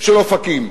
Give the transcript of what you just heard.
של אופקים,